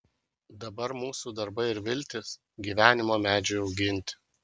dabar mūsų darbai ir viltys gyvenimo medžiui auginti